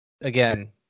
again